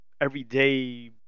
everyday